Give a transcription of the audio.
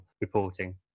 reporting